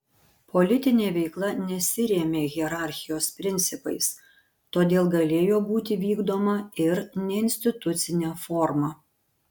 politinė veikla nesirėmė hierarchijos principais todėl galėjo būti vykdoma ir neinstitucine forma